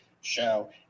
show